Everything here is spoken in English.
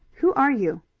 who are you?